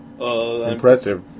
impressive